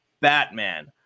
batman